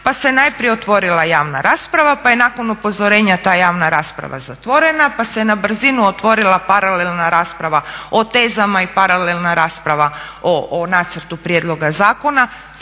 pa se najprije otvorila javna rasprava, pa je nakon upozorenja ta javna rasprava zatvorena, pa se na brzinu otvorila paralelna rasprava o tezama i paralelna rasprava o nacrtu prijedloga zakona,